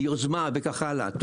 ביוזמה וכך הלאה,